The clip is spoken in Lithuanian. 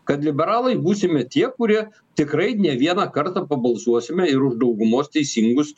kad liberalai būsime tie kurie tikrai ne vieną kartą pabalsuosime ir už daugumos teisingus